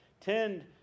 Tend